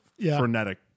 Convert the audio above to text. frenetic